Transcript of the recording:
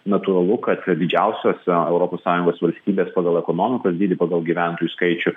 natūralu kad didžiausiose europos sąjungos valstybės pagal ekonomikos dydį pagal gyventojų skaičių